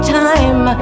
time